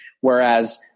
Whereas